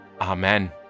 Amen